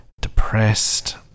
depressed